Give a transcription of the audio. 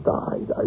died